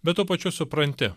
bet tuo pačiu supranti